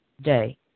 day